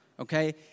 Okay